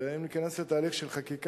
אם זה ייכנס לתהליך של חקיקה,